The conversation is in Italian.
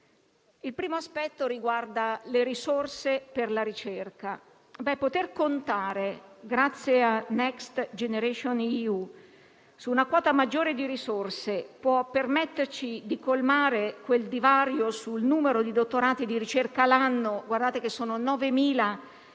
Il primo aspetto riguarda le risorse per la ricerca. Poter contare, grazie a Next generation EU, su una quota maggiore di risorse può permetterci di colmare quel divario sul numero di dottorati di ricerca l'anno (9.000